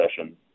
session